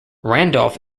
randolph